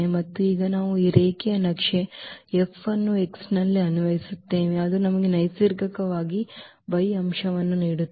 ಮತ್ತು ಈಗ ನಾವು ಈ ರೇಖೀಯ ನಕ್ಷೆ F ಅನ್ನು x ನಲ್ಲಿ ಅನ್ವಯಿಸುತ್ತೇವೆ ಅದು ನಮಗೆ ನೈಸರ್ಗಿಕವಾಗಿ y ಅಂಶವನ್ನು ನೀಡುತ್ತದೆ